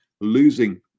losing